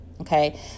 Okay